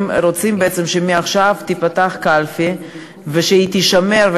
אתם רוצים בעצם שמעכשיו תיפתח קלפי ושהיא תישמר,